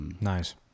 Nice